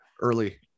early